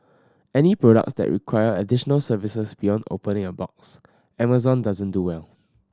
any products that require additional services beyond opening a box Amazon doesn't do well